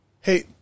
Hey